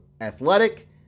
athletic